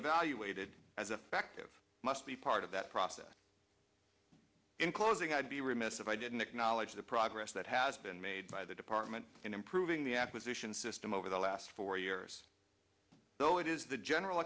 evaluated as effective must be part of that process in closing i'd be remiss if i didn't acknowledge the progress that has been made by the department in improving the acquisition system over the last four years though it is the general